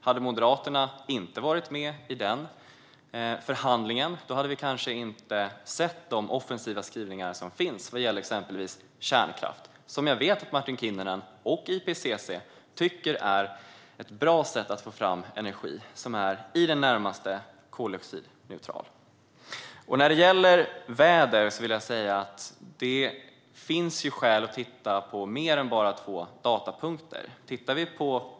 Hade Moderaterna inte varit med i den förhandlingen hade vi kanske inte sett de offensiva skrivningar som finns gällande till exempel kärnkraft, som jag vet att Martin Kinnunen och IPCC tycker är ett bra sätt att få fram i det närmaste koldioxidneutral energi. När det gäller väder finns det skäl att titta på fler än bara två datapunkter.